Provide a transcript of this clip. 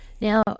Now